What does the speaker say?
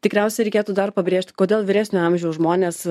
tikriausiai reikėtų dar pabrėžt kodėl vyresnio amžiaus žmonės